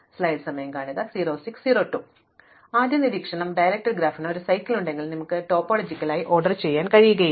അതിനാൽ ആദ്യ നിരീക്ഷണം സംവിധാനം ചെയ്ത ഗ്രാഫിന് ഒരു ചക്രം ഉണ്ടെങ്കിൽ നിങ്ങൾക്ക് ടോപ്പോളജിക്കലായി ഓർഡർ ചെയ്യാൻ കഴിയില്ല